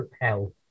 Hell